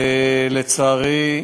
לצערי,